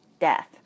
death